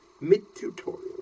mid-tutorial